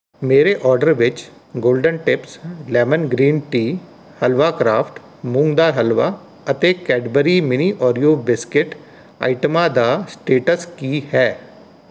ਮੇਰੇ ਆਰਡਰ ਵਿੱਚ golden tips lemon green tea halwa craft moong dal halwa ਅਤੇ ਕੈਡਬਰੀ ਮਿੰਨੀ ਓਰੀਓ ਬਿਸਕੁਟ ਆਈਟਮਾਂ ਦਾ ਸਟੇਟਸ ਕੀ ਹੈ